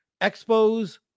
Expos